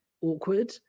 awkward